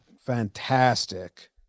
fantastic